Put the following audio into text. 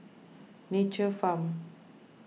Nature's Farm